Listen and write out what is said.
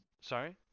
sorry